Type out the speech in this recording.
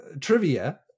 trivia